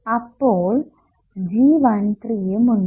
ഇപ്പോൾ G13 യും ഉണ്ട്